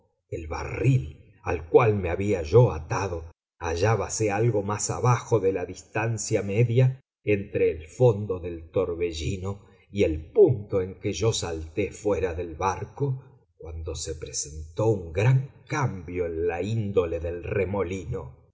el barril al cual me había yo atado hallábase algo más abajo de la distancia media entre el fondo del torbellino y el punto en que yo salté fuera del barco cuando se presentó un gran cambio en la índole del remolino